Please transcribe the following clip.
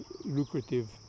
lucrative